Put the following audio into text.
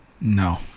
No